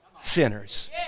sinners